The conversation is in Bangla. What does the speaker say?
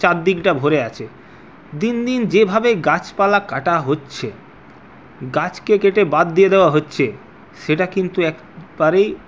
চারদিকটা ভরে আছে দিন দিন যেভাবে গাছপালা কাটা হচ্ছে গাছকে কেটে বাদ দিয়ে দেওয়া হছে সেটা কিন্তু একবারেই